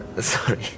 Sorry